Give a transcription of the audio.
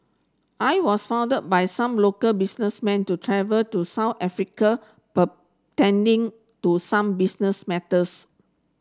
I was funded by some local businessmen to travel to South Africa pertaining to some business matters